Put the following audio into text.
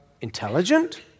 intelligent